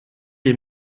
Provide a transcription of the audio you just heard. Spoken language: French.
les